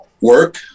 Work